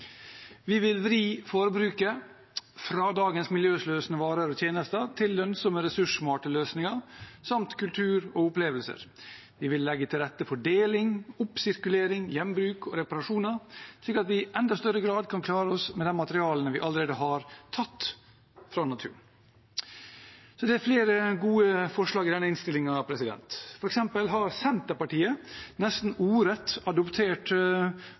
Vi vil vri forbruket fra dagens miljøsløsende varer og tjenester til lønnsomme ressurssmarte løsninger samt kultur og opplevelser. Vi vil legge til rette for deling, oppsirkulering, gjenbruk og reparasjoner, slik at vi i enda større grad kan klare oss med de materialene vi allerede har tatt fra naturen. Det er flere gode forslag i denne innstillingen. For eksempel har Senterpartiet nesten ordrett adoptert